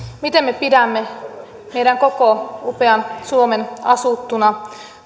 miten me pidämme meidän koko upean suomen asuttuna